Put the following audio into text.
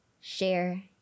share